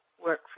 work